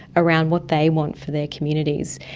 around what they want for their communities.